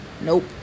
Nope